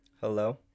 Hello